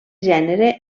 gènere